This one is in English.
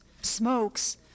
smokes